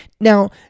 Now